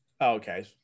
Okay